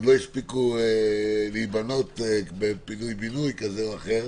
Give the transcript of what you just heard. לא הספיקו להיבנות בפינוי בינוי כזה או אחר.